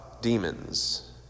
demons